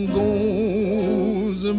goes